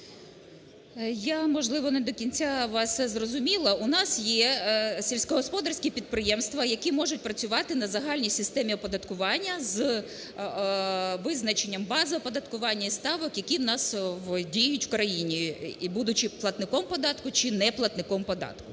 Я, можливо, не до кінця вас зрозуміла. У нас є сільськогосподарські підприємства, які можуть працювати на загальній системі оподаткування з визначенням бази оподаткування і ставок, які в нас діють у країні, і будучи платником податку чи не платником податку.